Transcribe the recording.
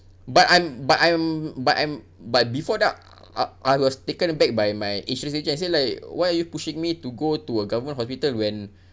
but I'm but I'm but I'm but before that I I was taken aback by my insurance agent I say like why you pushing me to go to a government hospital when